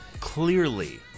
Clearly